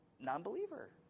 non-believer